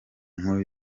nkuru